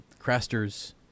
Craster's